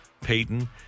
Peyton